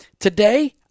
Today